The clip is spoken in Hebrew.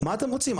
מה אתם רוצים?